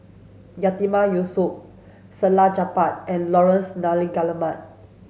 Yatiman Yusof Salleh Japar and Laurence Nunns Guillemard